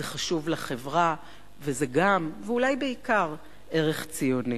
זה חשוב לחברה, וזה גם, ואולי בעיקר, ערך ציוני.